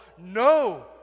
no